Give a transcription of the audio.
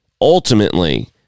ultimately